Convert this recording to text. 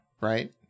right